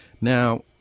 Now